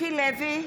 מיקי לוי,